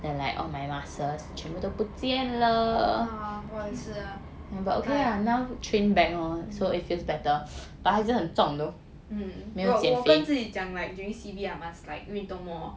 ah 我也是 ah mm mm 我跟自己讲 like during C_B I must like 运动 more